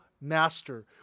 master